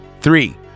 three